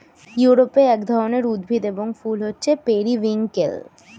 ইউরোপে এক রকমের উদ্ভিদ এবং ফুল হচ্ছে পেরিউইঙ্কেল